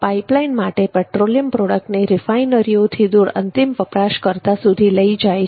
pipeline માટે petroleum પ્રોડક્ટને રિફાઇનરીઓથી દુર અંતિમ વપરાશકર્તા સુધી લઇ જાય છે